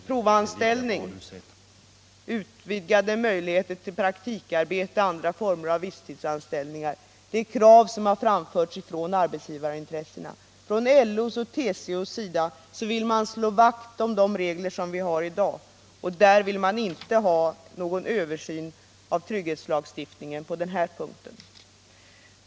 Provanställning, utvidgade möjligheter till praktikarbete och andra former av visstidsanställning är krav som har framförts från arbetsgivarintressena. LO och TCO vill slå vakt om de regler vi har i dag. De vill inte ha någon översyn av trygghetslagstiftningen på den här punkten.